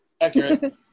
accurate